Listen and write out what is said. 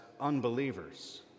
unbelievers